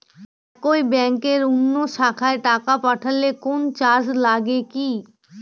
একই ব্যাংকের অন্য শাখায় টাকা পাঠালে কোন চার্জ লাগে কি?